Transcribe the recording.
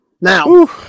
Now